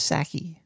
Saki